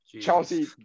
Chelsea